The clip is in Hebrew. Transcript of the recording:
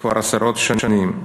כבר עשרות שנים.